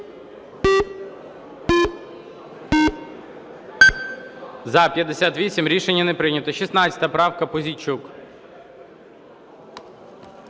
За-58 Рішення не прийнято. 16 правка. Пузійчук.